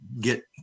get